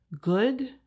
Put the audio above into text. good